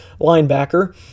linebacker